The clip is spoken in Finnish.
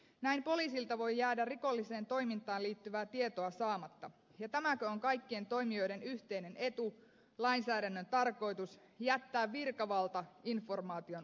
näin poliisilta voi jäädä rikolliseen toimintaan liittyvää tietoa saamatta ja tämäkö on kaikkien toimijoiden yhteinen etu lainsäädännön tarkoitus jättää virkavalta informaation ulkopuolelle